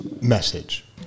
message